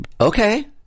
okay